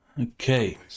Okay